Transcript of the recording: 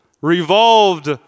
revolved